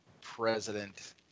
president